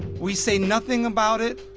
we say nothing about it.